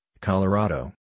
Colorado